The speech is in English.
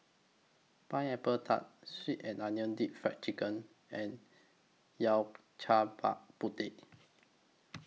Pineapple Tart Sweet and Onion Deep Fried Chicken and Yao Cai Bak Kut Teh